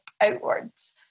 outwards